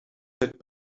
fit